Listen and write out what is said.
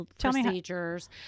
procedures